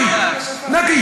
אתה.) (אומר בערבית: בן-אדם,